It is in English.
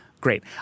great